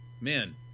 Man